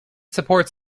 supports